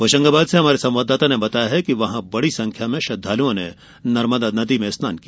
होशंगाबाद से हमारे संवाददाता ने बताया है कि वहां बड़ी संख्या में श्रद्दालुओं ने नर्मदा नदी में स्नान किया